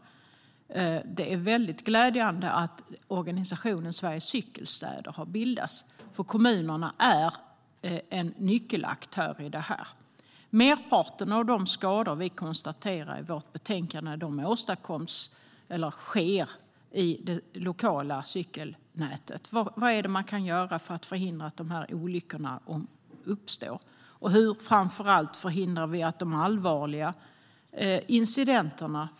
Det är väldigt glädjande att organisationen Sveriges Cykelstäder har bildats, eftersom kommuner är en av nyckelaktörerna i detta. I vårt betänkande konstaterar vi att merparten av skadorna sker i det lokala cykelnätet. Vad är det man kan göra för att förhindra att olyckorna uppstår? Hur förhindrar vi framför allt de allvarliga incidenterna?